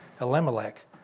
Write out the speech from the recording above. Elimelech